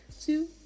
two